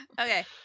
Okay